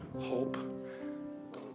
hope